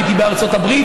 הייתי בארצות הברית,